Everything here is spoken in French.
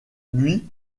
lui